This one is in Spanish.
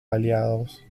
aliados